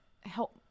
help